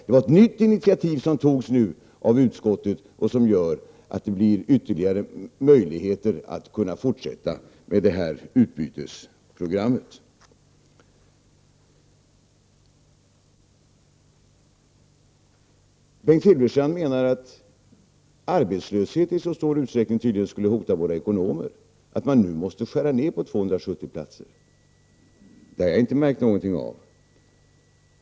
Det var ett nytt initiativ som togs nu av utskottet och som gör att det blir ytterligare möjligheter att fortsätta med detta utbytesprogram. Bengt Silfverstrand menade tydligen att arbetslöshet i så stor utsträckning hotar ekonomerna att det måste göras en nedskärning med 270 utbildningsplatser. Det har jag inte märkt någonting av.